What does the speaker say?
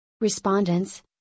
Respondents